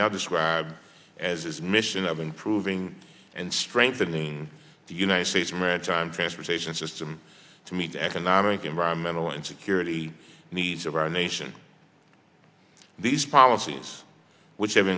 now describes as its mission of improving and strengthening the united states maritime transportation system to meet the economic environmental and security needs of our nation these policies which